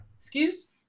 Excuse